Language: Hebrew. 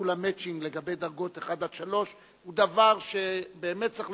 ביטול ה"מצ'ינג" לגבי דרגות 1 עד 3 הוא דבר שבאמת צריך,